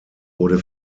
wurde